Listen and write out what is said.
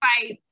fights